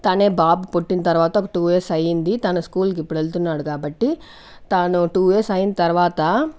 తనే బాబు పుట్టినతరువాత ఒక టు ఇయర్స్ అయ్యింది తను ఇప్పుడు స్కూల్ కి వెళ్తున్నాడు కాబట్టి తాను టు ఇయర్స్ అయిన తరువాత